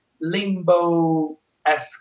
Limbo-esque